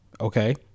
okay